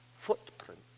footprint